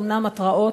אומנם התראות,